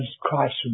Christ